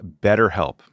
BetterHelp